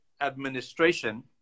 Administration